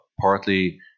partly